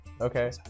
okay